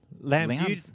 Lamb